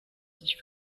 sich